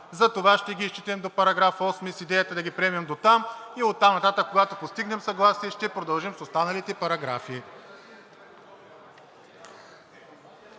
затова ще ги изчетем до § 8 с идеята да ги приемем дотам и оттам нататък, когато постигнем съгласие, ще продължим с останалите параграфи.